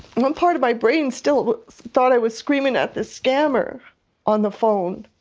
one part of my brain still thought i was screaming at this scammer on the phone,